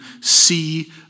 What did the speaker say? see